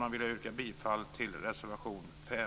Jag vill yrka bifall till reservation 5